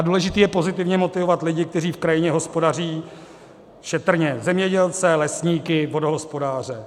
Důležité je pozitivně motivovat lidi, kteří v krajině hospodaří šetrně zemědělce, lesníky, vodohospodáře.